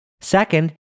Second